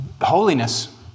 holiness